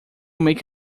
make